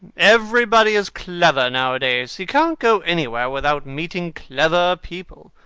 everybody is clever nowadays. you can't go anywhere without meeting clever people.